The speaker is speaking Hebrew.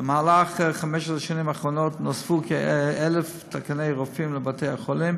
במהלך חמש השנים האחרונות נוספו כ-1,000 תקני רופאים לבתי-החולים